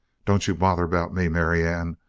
don't you bother about me, marianne.